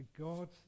God